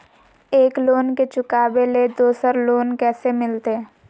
एक लोन के चुकाबे ले दोसर लोन कैसे मिलते?